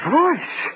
voice